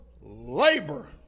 labor